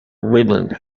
ribbon